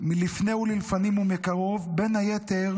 מלפני ולפנים ומקרוב, בין היתר